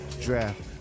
draft